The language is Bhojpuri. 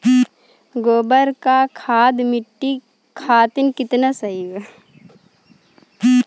गोबर क खाद्य मट्टी खातिन कितना सही ह?